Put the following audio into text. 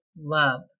love